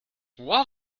what